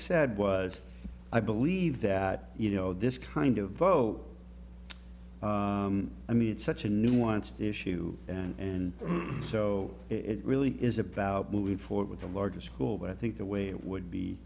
said was i believe that you know this kind of vote i mean it's such a nuanced issue and so it really is about moving forward with the largest school but i think the way it would be